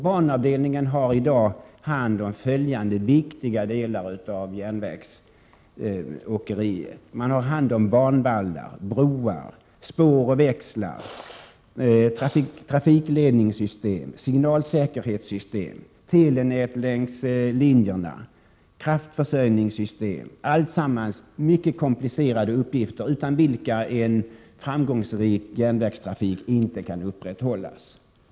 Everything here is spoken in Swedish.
Banavdelningen har i dag hand om följande viktiga delar av järnvägsåkeriet: banvallar, broar, spår och växlar, trafikledningssystem, signalsäkerhetssystem, telenät längs linjerna och kraftförsörjningssystem — alltsammans mycket komplicerade uppgifter, utan vilka en framgångsrik järnvägstrafik inte kan upprätthållas.